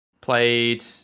Played